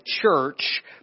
church